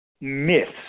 myths